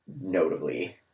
notably